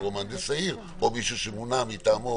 או למהנדס העיר או למישהו שמונה מטעמו.